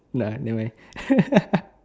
nah never mind